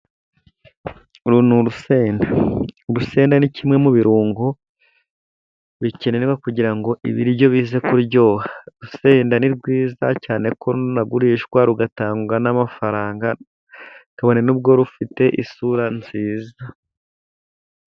Uru ni urusenda. Urusenda ni kimwe mu birungo, bikenewe kugira ngo ibiryo bize kuryoha urusenda ni rwiza cyane ko runagurishwa rugatanga n'amafaranga, kabone nubwo rufite isura nziza.